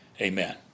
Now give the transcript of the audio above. Amen